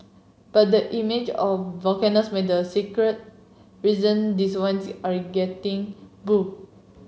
but the image of volcanoes may the secret reason these wines are getting bu